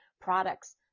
products